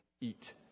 eat